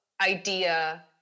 idea